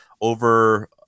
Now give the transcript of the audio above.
over